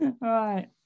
right